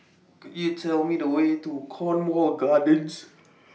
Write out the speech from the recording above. Could YOU Tell Me The Way to Cornwall Gardens